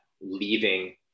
leaving